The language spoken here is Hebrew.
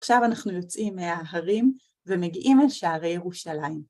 עכשיו אנחנו יוצאים מההרים ומגיעים אל שערי ירושלים.